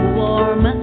warm